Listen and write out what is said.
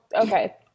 Okay